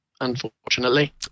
unfortunately